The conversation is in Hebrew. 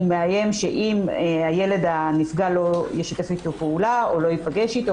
הוא מאיים שאם הילד הנפגע לא ישתף איתו פעולה או לא יפגש איתו,